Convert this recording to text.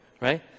right